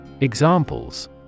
Examples